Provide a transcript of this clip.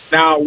Now